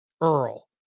Earl